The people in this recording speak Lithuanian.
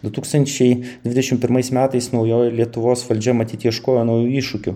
du tūkstančiai dvidešim pirmais metais naujoji lietuvos valdžia matyt ieškojo naujų iššūkių